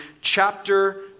chapter